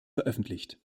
veröffentlicht